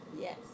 Yes